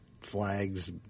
flags